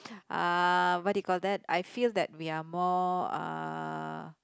ah what did we called that I feel that we are more uh